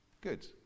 good